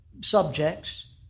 subjects